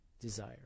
desire